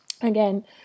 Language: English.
again